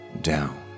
down